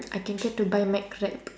I can get to buy mcwrap